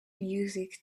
music